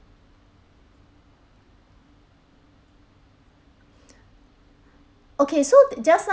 okay so just now